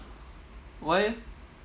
why eh